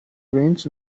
wins